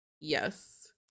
Yes